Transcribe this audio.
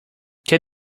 get